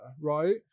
right